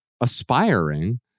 aspiring